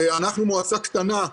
אנחנו מועצה קטנה.